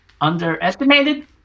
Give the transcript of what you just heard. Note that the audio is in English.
underestimated